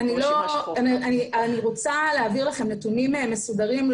אני רוצה להעביר לכם נתונים מסודרים.